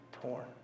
torn